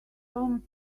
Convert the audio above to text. almost